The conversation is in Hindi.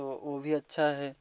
तो वो भी अच्छा है